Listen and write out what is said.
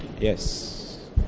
Yes